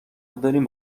دارین